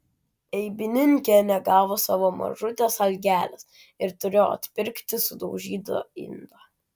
eibininkė negavo savo mažutės algelės ir turėjo atpirkti sudaužytą indą